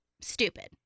Stupid